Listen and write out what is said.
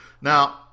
Now